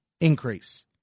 increase